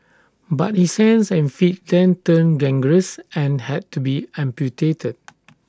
but his hands and feet then turned gangrenous and had to be amputated